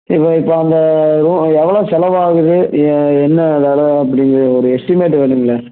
இப்போ இப்போ அந்த ரூ எவ்வளோ செலவாகுது எ என்ன வில அப்படிங்கிற ஒரு எஸ்டிமேட் வேணுங்களே